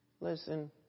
Listen